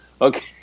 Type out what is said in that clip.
okay